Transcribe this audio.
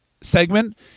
segment